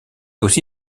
aussi